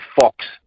Fox